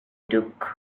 duke